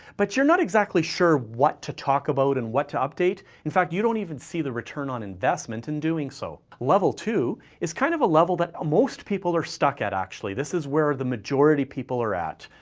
but you're not exactly sure what to talk about and what to update. in fact, you don't even see the return on investment in doing so. level two. is kind of a level that most people are stuck at, actually, this is where the majority people are at.